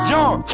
Young